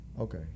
okay